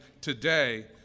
today